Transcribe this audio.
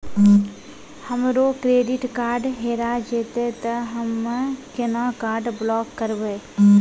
हमरो credit card हेरा जेतै ते हम्मय केना कार्ड ब्लॉक करबै?